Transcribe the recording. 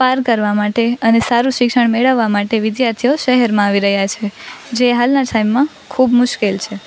પાર કરવા માટે અને સારું શિક્ષણ મેળવવા માટે વિદ્યાર્થીઓ શહેરમાં આવી રહ્યા છે જે હાલના ટાઇમમાં ખૂબ મુશ્કેલ છે